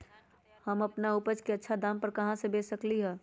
हम अपन उपज अच्छा दाम पर कहाँ बेच सकीले ह?